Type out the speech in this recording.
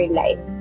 life